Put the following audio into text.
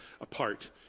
apart